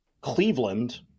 Cleveland